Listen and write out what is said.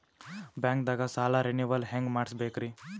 ಬ್ಯಾಂಕ್ದಾಗ ಸಾಲ ರೇನೆವಲ್ ಹೆಂಗ್ ಮಾಡ್ಸಬೇಕರಿ?